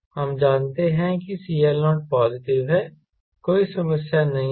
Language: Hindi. हम जानते हैं कि CL0 पॉजिटिव है कोई समस्या नहीं है